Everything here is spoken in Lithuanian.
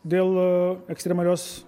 dėl ekstremalios